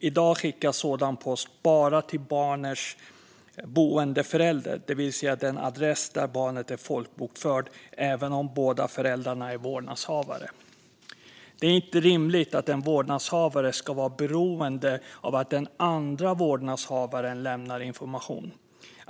I dag skickas sådan post bara till barnets boendeförälder, det vill säga den adress där barnet är folkbokfört, även om båda föräldrarna är vårdnadshavare. Det är inte rimligt att en vårdnadshavare ska vara beroende av att den andra vårdnadshavaren lämnar information.